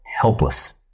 helpless